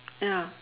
ya